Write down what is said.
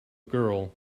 girl